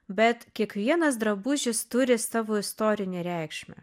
bet kiekvienas drabužis turi savo istorinę reikšmę